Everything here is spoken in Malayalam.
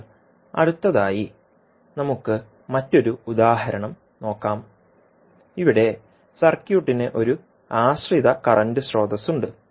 ഇപ്പോൾ അടുത്തതായി നമുക്ക് മറ്റൊരു ഉദാഹരണം നോക്കാം ഇവിടെ സർക്യൂട്ടിന് ഒരു ആശ്രിത കറന്റ് സ്രോതസ്സ് ഉണ്ട്